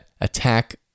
Attack